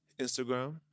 Instagram